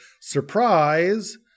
surprise